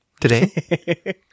today